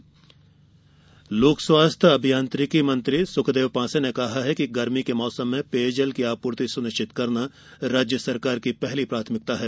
पेयजल आपूर्ति लोक स्वास्थ्य अभियांत्रिकी मंत्री सुखदेव पांसे ने कहा है कि गर्मी के मौसम में पेयजल की आपूर्ति सुनिश्चित करना राज्य सरकार की पहली प्राथमिकता है